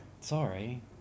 sorry